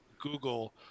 google